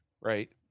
right